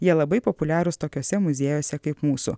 jie labai populiarūs tokiuose muziejuose kaip mūsų